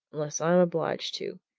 unless i'm obliged to,